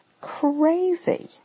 crazy